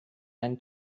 and